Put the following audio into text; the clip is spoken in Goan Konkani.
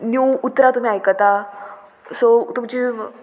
नीव उतरां तुमी आयकता सो तुमची